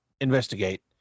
investigate